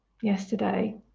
yesterday